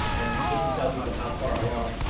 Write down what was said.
and we can tell people how far along.